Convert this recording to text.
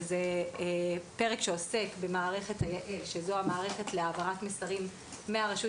שזה פרק שעוסק במערכת היע"ל שזו המערכת להעברת מסרים מהרשות